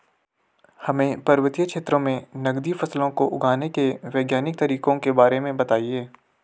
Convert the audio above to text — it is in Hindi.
हमें पर्वतीय क्षेत्रों में नगदी फसलों को उगाने के वैज्ञानिक तरीकों के बारे में बताइये?